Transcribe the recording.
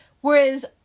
Whereas